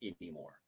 anymore